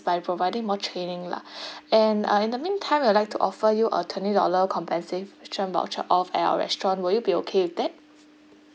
by providing more training lah and uh in the meantime we like to offer you a twenty dollar compensation voucher of at our restaurant will you be okay with that